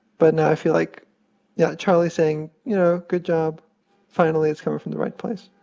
but now i feel like yeah, charlie saying, you know, good job finally, it's coming from the right place